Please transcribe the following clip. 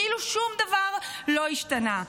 כאילו שום דבר לא השתנה.